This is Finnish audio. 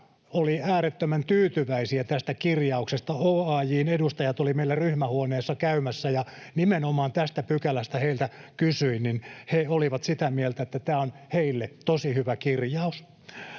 olivat äärettömän tyytyväisiä tästä kirjauksesta. OAJ:n edustajat olivat meillä ryhmähuoneessa käymässä, ja kun nimenomaan tästä pykälästä heiltä kysyin, niin he olivat sitä mieltä, että tämä on heille tosi hyvä kirjaus.